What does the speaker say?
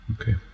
okay